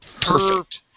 Perfect